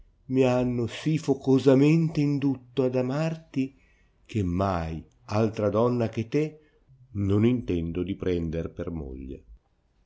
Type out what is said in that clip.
mi hanno sì focosamente indutto ad amarti che mai altra donna che te non intendo di prender per moglie